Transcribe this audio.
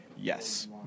yes